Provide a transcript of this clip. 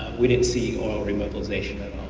we didn't see oil re-mobilization